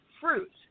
fruit